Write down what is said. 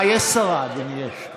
אה, יש שרה, אדוני, יש.